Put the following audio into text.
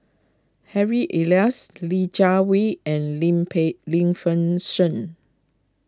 Harry Elias Li Jiawei and Lim Pei Lim Fei Shen